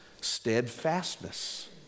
steadfastness